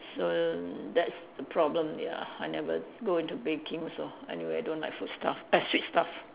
so that's the problem ya I never go into baking also anyway I don't like food stuff err sweet stuff